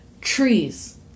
Trees